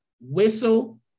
Whistle